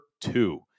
two